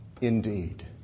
Indeed